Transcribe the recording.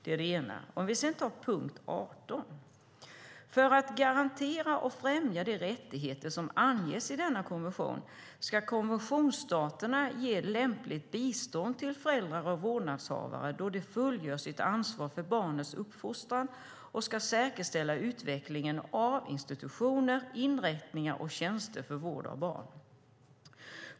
Sedan kan vi se vad som sägs i punkt 18: "För att garantera och främja de rättigheter som anges i denna konvention skall konventionsstaterna ge lämpligt bistånd till föräldrar och vårdnadshavare då de fullgör sitt ansvar för barnets uppfostran och skall säkerställa utvecklingen av institutioner, inrättningar och tjänster för vård av barn.